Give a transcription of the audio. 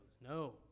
No